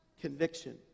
Conviction